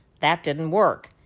that didn't work.